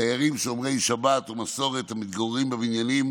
דיירים שומרי שבת ומסורת שמתגוררים בבניינים